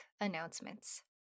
announcements